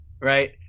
right